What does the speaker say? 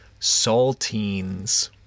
Saltines